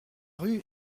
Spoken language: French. rue